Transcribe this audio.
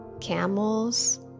camels